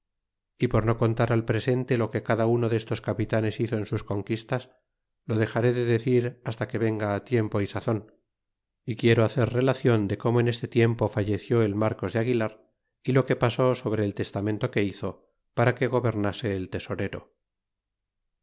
y por no contar al presente lo que cada uno destos capitanes hizo en sus conquistas lo dexaré de decir hasta que venga tiempo y sazon é quiero hacer relacion de como en este tiempo falleció el marcos de aguilar y lo que pasó sobre el testamento que hizo para que gobernase el tesorero